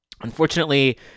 unfortunately